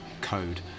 code